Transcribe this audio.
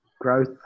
growth